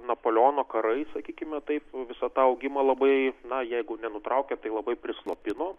napoleono karai sakykime taip visą tą augimą labai na jeigu nenutraukė tai labai prislopino